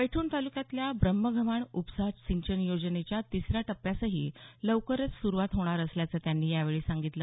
पैठण तालुक्यातल्या ब्रह्मगव्हाण उपसा सिंचन योजनेच्या तिसऱ्या टप्प्यासही लवकरच सुरूवात होणार असल्याचं त्यांनी यावेळी सांगितलं